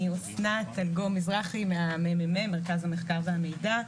אני ממרכז המחקר והמידע.